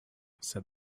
said